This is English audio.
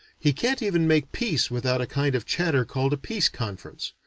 he can't even make peace without a kind of chatter called a peace conference.